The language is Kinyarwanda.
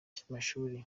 cy’amashuri